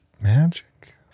magic